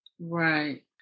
Right